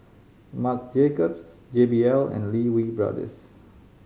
Marc Jacobs J B L and Lee Wee Brothers